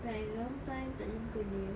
like long time tak jumpa dia